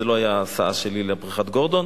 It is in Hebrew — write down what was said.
זאת לא היתה ההסעה שלי לבריכת "גורדון",